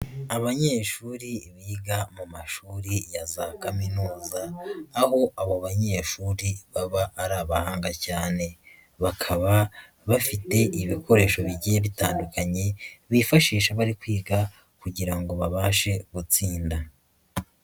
Abanyeshuri biga mu mashuri ya za kaminuza, aho abo banyeshuri baba ari abahanga cyane. Bakaba bafite ibikoresho bigiye bitandukanye, bifashisha bari kwiga kugira ngo babashe gutsinda.